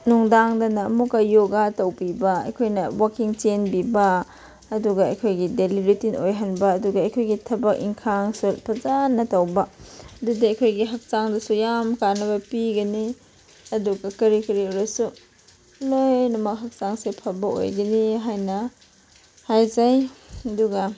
ꯅꯨꯡꯗꯥꯡꯗꯅ ꯑꯃꯨꯛꯀ ꯌꯣꯒꯥ ꯇꯧꯕꯤꯕ ꯑꯩꯈꯣꯏꯅ ꯋꯥꯛꯀꯤꯡ ꯆꯦꯟꯕꯤꯕ ꯑꯗꯨꯒ ꯑꯩꯈꯣꯏꯒꯤ ꯗꯦꯂꯤ ꯔꯨꯇꯤꯟ ꯑꯣꯏꯍꯟꯕ ꯑꯗꯨꯒ ꯑꯩꯈꯣꯏꯒꯤ ꯊꯕꯛ ꯏꯟꯈꯥꯡꯁꯨ ꯐꯖꯅ ꯇꯧꯕ ꯑꯗꯨꯗ ꯑꯩꯈꯣꯏꯒꯤ ꯍꯛꯆꯥꯡꯗꯁꯨ ꯌꯥꯝ ꯀꯥꯟꯅꯕ ꯄꯤꯒꯅꯤ ꯑꯗꯨꯒ ꯀꯔꯤ ꯀꯔꯤ ꯑꯣꯏꯔꯁꯨ ꯂꯣꯏꯅꯃꯛ ꯍꯛꯆꯥꯡꯁꯦ ꯐꯕ ꯑꯣꯏꯒꯅꯤ ꯍꯥꯏꯅ ꯍꯥꯏꯖꯩ ꯑꯗꯨꯒ